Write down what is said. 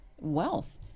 wealth